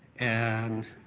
and